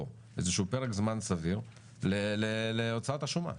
איזה שהוא פרק זמן סביר להוצאת השומה.